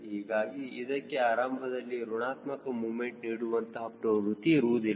ಹೀಗಾಗಿ ಇದಕ್ಕೆ ಆರಂಭದಲ್ಲಿ ಋಣಾತ್ಮಕ ಮೂಮೆಂಟ್ ನೀಡುವಂತಹ ಪ್ರವೃತ್ತಿ ಇರುವುದಿಲ್ಲ